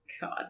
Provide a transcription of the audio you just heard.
God